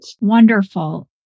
Wonderful